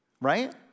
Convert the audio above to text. Right